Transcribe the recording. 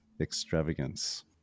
extravagance